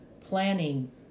planning